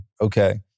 okay